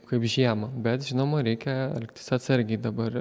kaip žiemą bet žinoma reikia elgtis atsargiai dabar